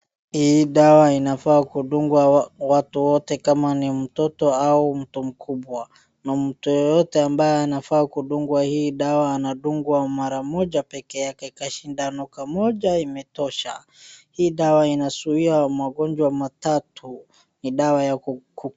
Hii dawa inafaa kudungwa watu wote kama ni mtoto au mtu mkubwa na mtu yeyote ambaye anafaa kudungwa hii dawa anadungwa mara moja peke yake kashindano kamoja imetosha. Hii dawa inazuia magonjwa matatu, ni dawa ya.